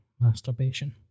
masturbation